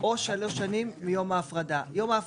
או שלוש שנים מיום ההפרדה.